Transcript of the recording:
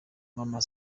maman